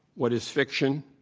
what is fiction,